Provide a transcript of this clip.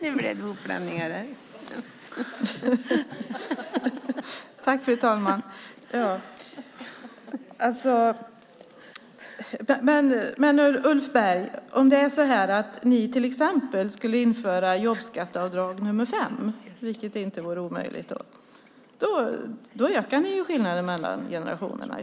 Fru talman! Om det är så att ni till exempel skulle införa jobbskatteavdrag nr 5, Ulf Berg, vilket inte vore omöjligt, ökar ni skillnaderna mellan generationerna.